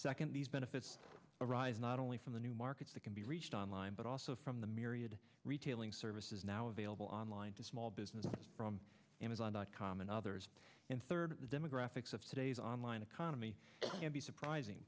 second these benefits arise not only from the new markets that can be reached online but also from the myriad retailing services now available online to small business from amazon dot com and others in third the demographics if today's online economy be surprising